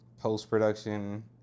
post-production